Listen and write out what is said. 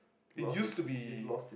it used to be